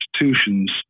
institutions